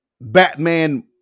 Batman